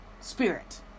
spirit